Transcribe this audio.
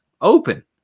open